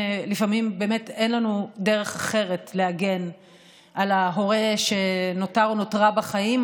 לפעמים באמת אין לנו דרך אחרת להגן על ההורה שנותר או נותרה בחיים,